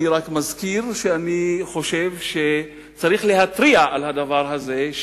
אני רק מזכיר שאני חושב שצריך להתריע על הדבר הזה,